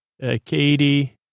Katie